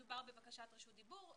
מדובר בבקשת רשות דיבור.